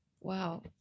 Wow